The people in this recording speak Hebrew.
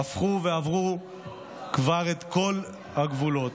זה כבר עבר את כל הגבולות.